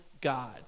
God